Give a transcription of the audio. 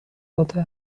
داده